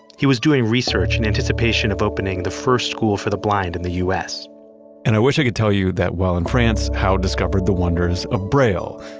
he as doing research in anticipation of opening the first school for the blind in the u s and i wish i could tell you that while in france, howe discovered the wonders of braille.